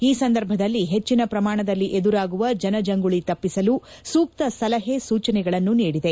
ಈ ಸಂದರ್ಭದಲ್ಲಿ ಹೆಚ್ಚಿನ ಪ್ರಮಾಣದಲ್ಲಿ ಎದುರಾಗುವ ಜನಜಂಗುಳಿ ತಪ್ಪಿಸಲು ಸೂಕ್ಷ ಸಲಹೆ ಸೂಚನೆಗಳನ್ನು ನೀಡಿದೆ